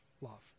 Love